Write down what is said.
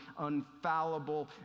unfallible